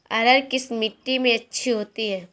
अरहर किस मिट्टी में अच्छी होती है?